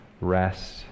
rest